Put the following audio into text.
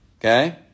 Okay